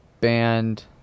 band